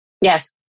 Yes